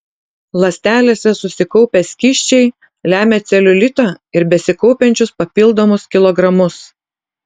ląstelėse susikaupę skysčiai lemia celiulitą ir besikaupiančius papildomus kilogramus